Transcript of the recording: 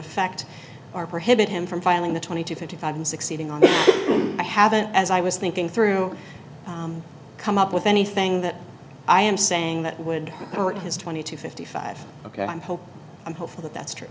affect our prohibit him from filing the twenty to fifty five i'm succeeding on i haven't as i was thinking through come up with anything that i am saying that would hurt his twenty to fifty five ok i'm hopeful that that's true